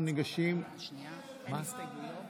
אין הסתייגויות,